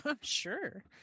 Sure